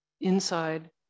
inside